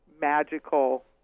magical